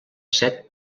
set